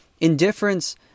Indifference